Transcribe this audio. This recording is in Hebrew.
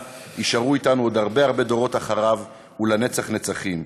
יישארו אתנו עוד הרבה הרבה דורות אחריו ולנצח נצחים.